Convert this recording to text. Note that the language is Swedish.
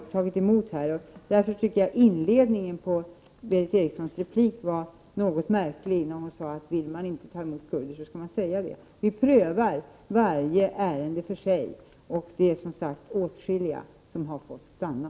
1988/89:113 inledningen på Berith Erikssons replik var något märklig. Hon sade att om 12 maj 1989 man inte vill ta emot kurder så skall man säga det. Vi prövar varje ärende för OM förandersök sig, och det är som sagt åtskilliga som har fått stanna.